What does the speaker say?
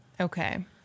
Okay